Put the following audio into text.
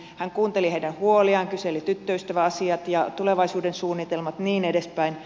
hän kuunteli heidän huoliaan kyseli tyttöystäväasiat ja tulevaisuuden suunnitelmat ja niin edespäin